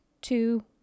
two